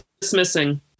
dismissing